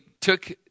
took